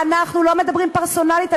אנחנו לא מדברים פרסונלית.